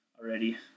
already